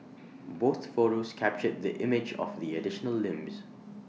both photos captured the image of the additional limbs